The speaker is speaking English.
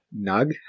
Nug